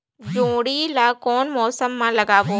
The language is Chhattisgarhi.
जोणी ला कोन मौसम मा लगाबो?